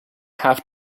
have